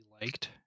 liked